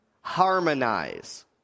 harmonize